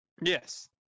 Yes